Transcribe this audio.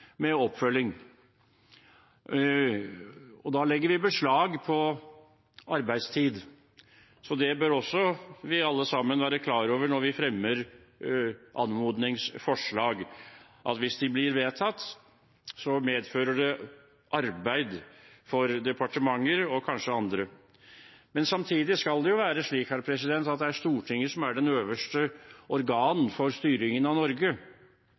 og da legger vi beslag på arbeidstid. Det bør vi alle sammen også være klar over når vi fremmer anmodningsforslag, at hvis de blir vedtatt, medfører det arbeid for departementer og kanskje for andre. Samtidig skal det være slik at det er Stortinget som er det øverste organ for styringen av Norge,